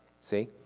see